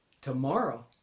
tomorrow